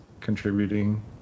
contributing